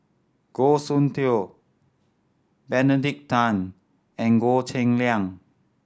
Goh Soon Tioe Benedict Tan and Goh Cheng Liang